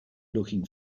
looking